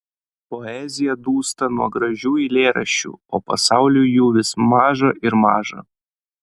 poezija dūsta nuo gražių eilėraščių o pasauliui jų vis maža ir maža